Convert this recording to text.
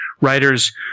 writers